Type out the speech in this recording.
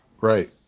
right